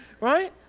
right